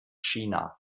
china